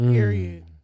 Period